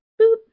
boop